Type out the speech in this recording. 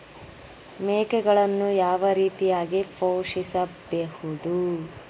ಮೇಕೆಗಳನ್ನು ಯಾವ ರೀತಿಯಾಗಿ ಪೋಷಿಸಬಹುದು?